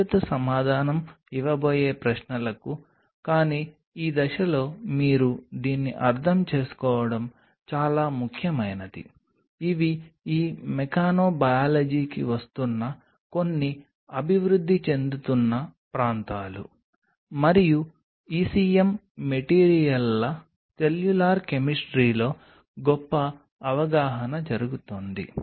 భవిష్యత్తు సమాధానం ఇవ్వబోయే ప్రశ్నలకు కానీ ఈ దశలో మీరు దీన్ని అర్థం చేసుకోవడం చాలా ముఖ్యమైనది ఇవి ఈ మెకానోబయాలజీకి వస్తున్న కొన్ని అభివృద్ధి చెందుతున్న ప్రాంతాలు మరియు ECM మెటీరియల్ల సెల్యులార్ కెమిస్ట్రీలో గొప్ప అవగాహన జరుగుతోంది